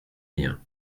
rien